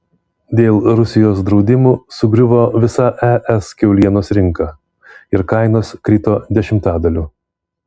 dėl rusijos draudimų sugriuvo visa es kiaulienos rinka ir kainos krito dešimtadaliu